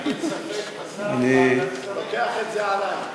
אני לוקח את זה עלי.